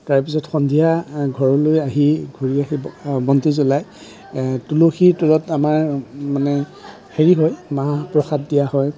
তাৰপিছত সন্ধিয়া ঘৰলৈ আহি ঘূৰি আহি বন্তি জ্বলাই তুলসী তলত আমাৰ মানে হেৰি হয় মাহ প্ৰসাদ দিয়া হয়